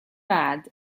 bad